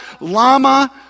lama